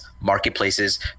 marketplaces